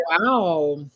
wow